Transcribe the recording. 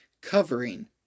covering